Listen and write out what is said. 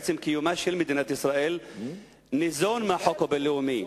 שעצם קיומה של מדינת ישראל ניזון מהחוק הבין-לאומי,